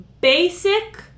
basic